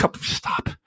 stop